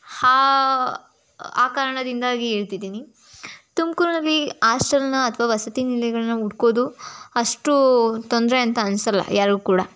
ಹಾ ಆ ಕಾರಣದಿಂದಾಗಿ ಹೇಳ್ತಿದ್ದೀನಿ ತುಮಕೂರಲ್ಲಿ ಹಾಸ್ಟೆಲನ್ನ ಅಥವಾ ವಸತಿ ನಿಲಯಗಳನ್ನು ಹುಡ್ಕೋದು ಅಷ್ಟು ತೊಂದರೆ ಅಂತ ಅನ್ಸೊಲ್ಲ ಯಾರಿಗೂ ಕೂಡ